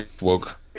woke